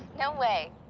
no way.